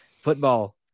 Football